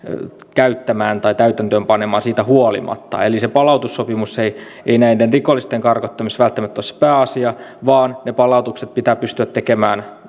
käyttämään tai täytäntöönpanemaan siitä huolimatta eli se palautussopimus ei ei näiden rikollisten karkottamisessa välttämättä ole se pääasia vaan ne palautukset pitää pystyä tekemään